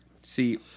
See